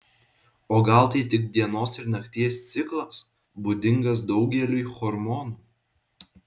o gal tai tik dienos ir nakties ciklas būdingas daugeliui hormonų